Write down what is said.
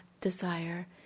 desire